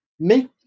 Make